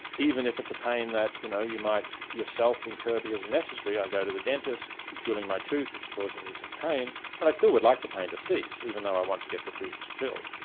even if it's a pain that you know, you might yourself incur because it's necessary i go to the dentist, he's drilling my tooth, it's causing me some pain, but i still would like the pain to cease even though i want to get the tooth filled.